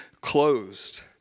closed